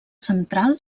central